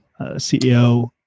CEO